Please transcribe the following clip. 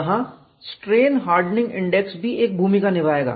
यहां strain hardening index भी एक भूमिका निभाएगा